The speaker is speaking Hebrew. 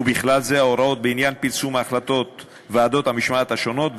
ובכלל זה ההוראות בעניין פרסום החלטות ועדות המשמעת השונות,